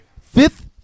fifth